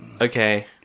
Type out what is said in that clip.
okay